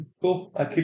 Cool